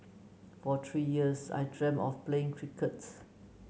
for three years I dreamed of playing cricket